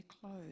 clothes